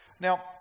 Now